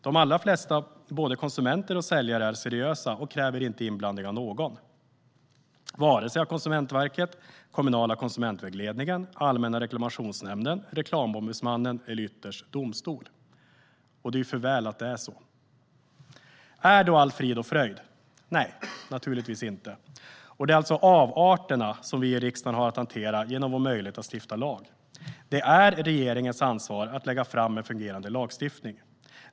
De allra flesta konsumenter och säljare är seriösa och kräver inte inblandning av någon, vare sig av Konsumentverket, kommunala konsumentvägledningen, Allmänna reklamationsnämnden, Reklamombudsmannen eller ytterst domstol. Det är för väl att det är på det sättet. Är då allt frid och fröjd? Nej, det är det naturligtvis inte. Och det är avarterna som vi i riksdagen ska hantera genom vår möjlighet att stifta lagar. Det är regeringens ansvar att lägga fram förslag för en fungerande lagstiftning.